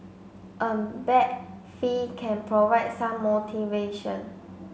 a bag fee can provide some motivation